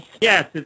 Yes